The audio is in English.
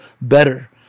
better